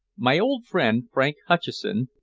my old friend frank hutcheson,